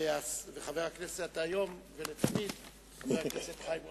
וחבר הכנסת היום ולתמיד חבר הכנסת חיים רמון.